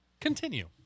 Continue